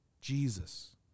Jesus